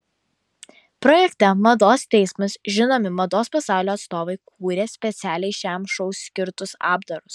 projekte mados teismas žinomi mados pasaulio atstovai kūrė specialiai šiam šou skirtus apdarus